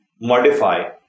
modify